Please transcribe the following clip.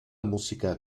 música